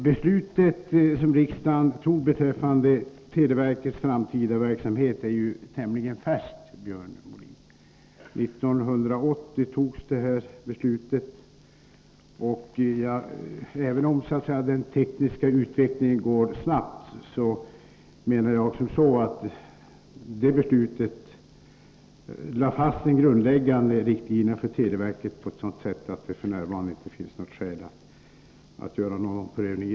Herr talman! Det beslut som riksdagen fattade beträffande televerkets framtida verksamhet är ju tämligen färskt. Beslutet fattades 1980, och även om den tekniska utvecklingen går snabbt menar jag att man med detta beslut lade fast de grundläggande riktlinjerna för televerket på ett sådant sätt att det f. n. inte finns skäl att göra någon omprövning.